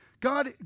God